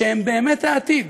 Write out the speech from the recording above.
שהם באמת העתיד.